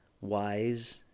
wise